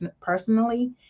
personally